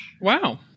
Wow